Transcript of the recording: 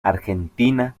argentina